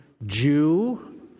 Jew